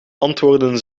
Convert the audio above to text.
antwoorden